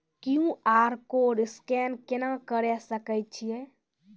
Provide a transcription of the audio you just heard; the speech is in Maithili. क्यू.आर कोड स्कैन केना करै सकय छियै?